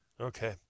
Okay